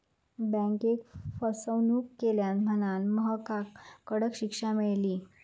बँकेक फसवणूक केल्यान म्हणांन महकाक कडक शिक्षा मेळली